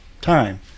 time